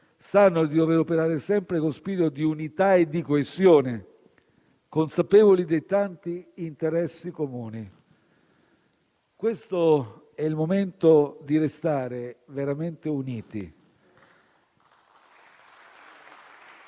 sanno di dover operare sempre con spirito di unità e di coesione, consapevoli dei tanti interessi comuni. Questo è il momento di restare veramente uniti.